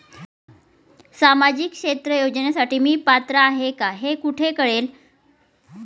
सामाजिक क्षेत्र योजनेसाठी मी पात्र आहे का हे कुठे कळेल?